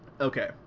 okay